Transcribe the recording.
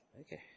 Okay